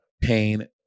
pain